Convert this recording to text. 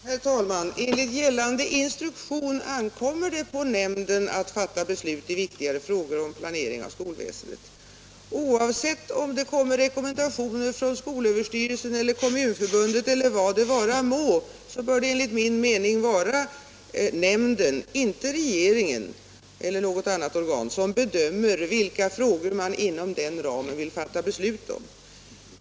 Herr talman! Enligt gällande instruktioner ankommer det på nämnden att fatta beslut i viktigare frågor om planering av skolväsendet. Oavsett om det kommer rekommendationer från skolöverstyrelsen eller Kommunförbundet, eller vad det vara må, bör det enligt min mening vara nämnden, inte regeringen eller något annat organ, som bedömer vilka frågor man inom den ramen vill fatta beslut om.